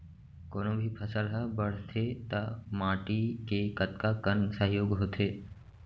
कोनो भी फसल हा बड़थे ता माटी के कतका कन सहयोग होथे?